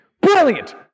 Brilliant